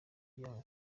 ujyanwa